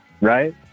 Right